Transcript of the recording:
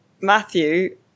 Matthew